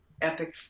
epic